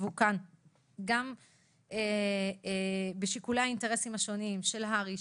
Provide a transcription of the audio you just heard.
גם בשיקולי האינטרסים השונים של הר"י,